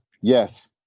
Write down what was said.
yes